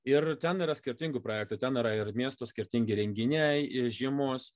ir ten yra skirtingų projektų ten yra ir miestų skirtingi renginiai ir žiemos